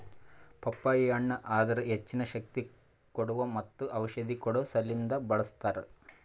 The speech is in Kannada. ಪಪ್ಪಾಯಿ ಹಣ್ಣ್ ಅದರ್ ಹೆಚ್ಚಿನ ಶಕ್ತಿ ಕೋಡುವಾ ಮತ್ತ ಔಷಧಿ ಕೊಡೋ ಸಲಿಂದ್ ಬಳ್ಸತಾರ್